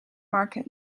market